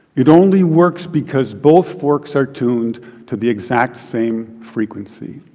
it only works because both forks are tuned to the exact same frequency.